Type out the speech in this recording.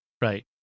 right